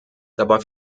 dabei